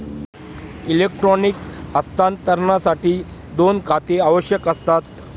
electronic हस्तांतरणासाठी दोन खाती आवश्यक असतात